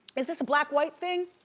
is this a black-white thing?